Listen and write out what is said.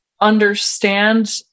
understand